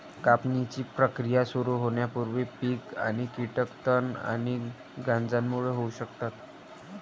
कापणीची प्रक्रिया सुरू होण्यापूर्वी पीक आणि कीटक तण आणि गंजांमुळे होऊ शकतात